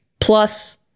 plus